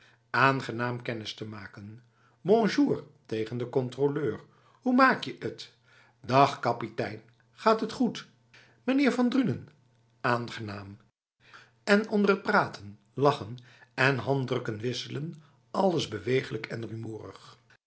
aangenaam kennis te maken bonjour tegen de controleur hoe maak je het dag kapitein gaat t goedh meneer van drunen aangenaam en onder het praten lachen en handdrukken wisselen alles beweeglijk en